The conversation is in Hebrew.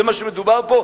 שזה מה שמדובר עליו פה,